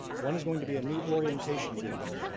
one is going to be a new orientation video.